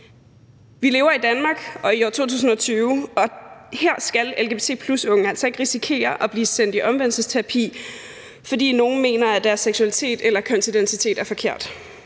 Vi lever i Danmark i 2020, og her skal lgbt+-unge altså ikke risikere at blive sendt i omvendelsesterapi, fordi nogle mener, at deres seksualitet eller kønsidentitet er forkert.